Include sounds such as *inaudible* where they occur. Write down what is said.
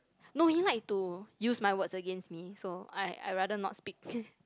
no he like to use my words against me so I I rather not speak *laughs*